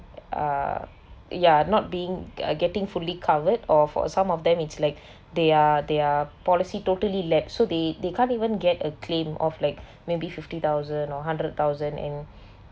uh ya not being uh getting fully covered or for some of them it's like their their policy totally lack so they they can't even get a claim of like maybe fifty thousand or hundred thousand and